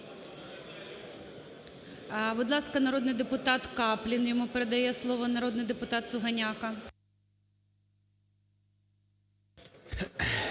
Будь ласка, народний депутат Каплін. Йому передає слово народний депутат Сугоняко.